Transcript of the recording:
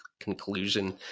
conclusion